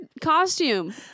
costume